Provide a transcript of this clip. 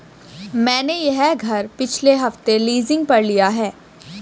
मैंने यह घर पिछले हफ्ते लीजिंग पर लिया है